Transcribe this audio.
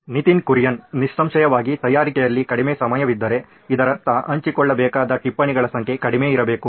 ನಿತಿನ್ ಕುರಿಯನ್ ನಿಸ್ಸಂಶಯವಾಗಿ ತಯಾರಿಕೆಯಲ್ಲಿ ಕಡಿಮೆ ಸಮಯವಿದ್ದರೆ ಇದರರ್ಥ ಹಂಚಿಕೊಳ್ಳಬೇಕಾದ ಟಿಪ್ಪಣಿಗಳ ಸಂಖ್ಯೆ ಕಡಿಮೆ ಇರಬೇಕು